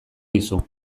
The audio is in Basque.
dizu